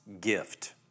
gift